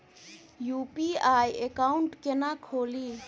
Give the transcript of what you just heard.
UPI account केना खोलि?